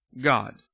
God